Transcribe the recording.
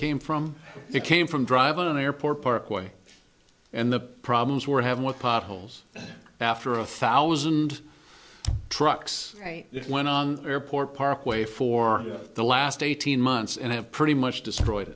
came from it came from drive an airport parkway and the problems we're having with potholes after a thousand trucks it went on airport parkway for the last eighteen months and have pretty much destroyed